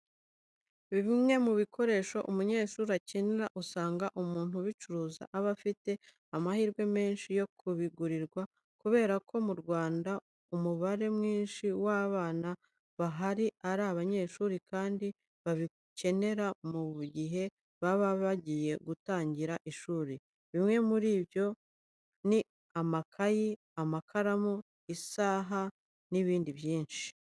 Bimwe mu bikoresho umunyeshuri akenera, usanga umuntu ubicuruza aba afite amahirwe menshi yo kubigurirwa kubera ko mu Rwanda umubare mwinshi w'abana bahari ari abanyeshuri kandi babikenera mu gihe baba bagiye gutangira ishuri. Bimwe muri byo ni amakayi, amakaramu, isaha n'ibindi byinshi.